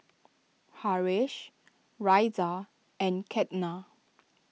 Haresh Razia and Ketna